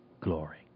glory